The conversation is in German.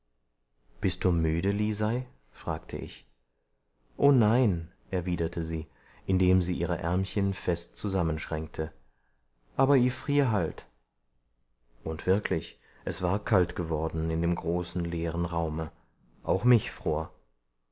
bist du müde lisei fragte ich o nein erwiderte sie indem sie ihre ärmchen fest zusammenschränkte aber i frier halt und wirklich es war kalt geworden in dem großen leeren raume auch mich fror